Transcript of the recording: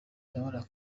ndabona